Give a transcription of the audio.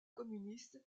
communiste